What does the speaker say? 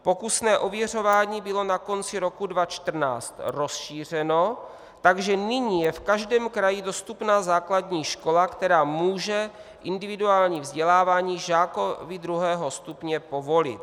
Pokusné ověřování bylo na konci roku 2014 rozšířeno, takže nyní je v každém kraji dostupná základní škola, která může individuální vzdělávání žákovi druhého stupně povolit.